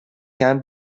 can